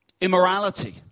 immorality